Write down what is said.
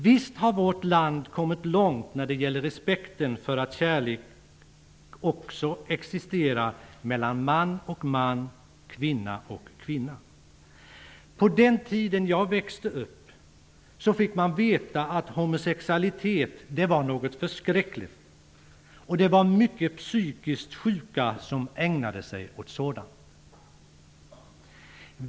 Visst har vårt land kommit långt när det gäller respekten för att kärlek existerar också mellan man och man, mellan kvinna och kvinna. På den tiden som jag växte upp fick man veta att homosexualitet var något förskräckligt. Det var mycket psykiskt sjuka personer som ägnade sig åt sådant.